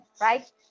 right